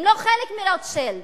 הם לא חלק מרוטשילד.